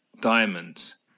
diamonds